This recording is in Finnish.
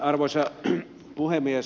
arvoisa puhemies